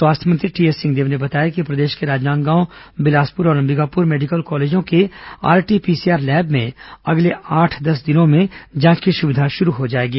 स्वास्थ्य मंत्री टीएस सिंहदेव ने बताया कि प्रदेश के राजनांदगांव बिलासपुर और अंबिकापुर मेडिकल कॉलेजों के आरटीपीसीआर लैब में अगले आठ दस दिनों में जांच की सुविधा शुरू हो जाएगी